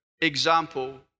example